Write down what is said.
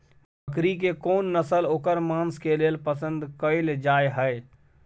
बकरी के कोन नस्ल ओकर मांस के लेल पसंद कैल जाय हय?